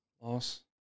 Loss